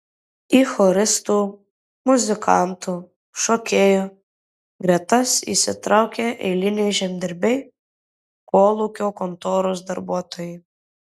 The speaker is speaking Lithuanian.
į choristų muzikantų šokėjų gretas įsitraukė eiliniai žemdirbiai kolūkio kontoros darbuotojai